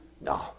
No